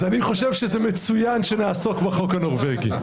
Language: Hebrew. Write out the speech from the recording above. אני חושב שזה מצוין שנעסוק בחוק הנורבגי.